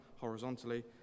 horizontally